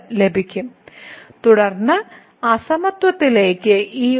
f - 2 15 നും 14 നും ഇടയിലാണെന്ന അസമത്വം ഇതുപയോഗിച്ച് നമ്മൾക്ക് ലഭിച്ചു